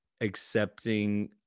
accepting